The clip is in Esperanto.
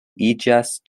iĝas